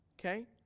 okay